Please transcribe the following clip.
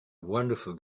wonderful